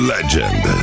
Legend